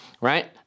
right